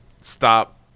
stop